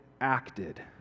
acted